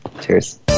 Cheers